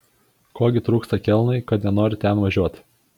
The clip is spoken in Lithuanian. ko gi trūksta kelnui kad nenori ten važiuot